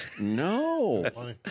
No